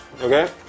Okay